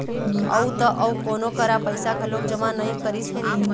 अउ त अउ कोनो करा पइसा घलोक जमा नइ करिस भई